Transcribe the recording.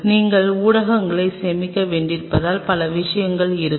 நீங்கள் ஊடகங்களை சேமிக்க வேண்டியிருப்பதால் பல விஷயங்கள் இருக்கும்